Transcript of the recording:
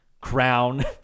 crown